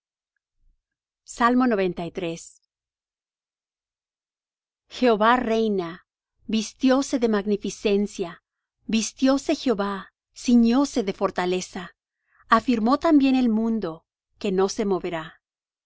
hay injusticia jehova reina vistióse de magnificencia vistióse jehová ciñose de fortaleza afirmó también el mundo que no se moverá